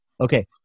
Okay